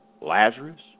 Lazarus